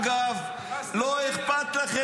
לא אכפת לכם,